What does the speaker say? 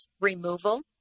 removal